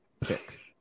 picks